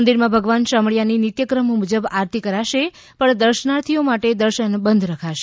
મંદિરમાં ભગવાન શામળિયાની નિત્ય ક્રમ મુજબ આરતી કરાશે પણ દર્શાનાર્થીઓ માટે દર્શન બંધ રખાશે